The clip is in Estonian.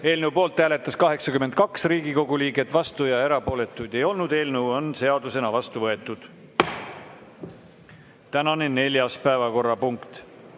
Eelnõu poolt hääletas 82 Riigikogu liiget, vastuolijaid ega erapooletuid ei olnud. Eelnõu on seadusena vastu võetud. Tänane neljas päevakorrapunkt